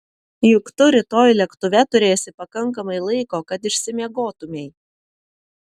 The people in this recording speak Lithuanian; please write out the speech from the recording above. juk tu rytoj lėktuve turėsi pakankamai laiko kad išsimiegotumei